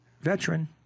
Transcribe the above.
veteran